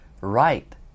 right